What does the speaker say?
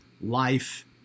life